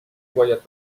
باید